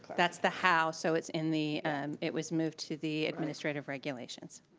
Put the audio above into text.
that's the how so it's in the it was moved to the administrative regulations.